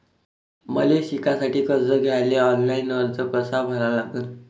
मले शिकासाठी कर्ज घ्याले ऑनलाईन अर्ज कसा भरा लागन?